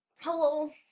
hello